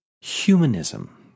humanism